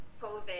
COVID